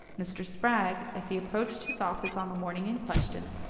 mr. spragg, as he approached his office on the morning in question,